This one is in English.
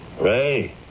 Ray